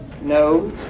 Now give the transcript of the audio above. no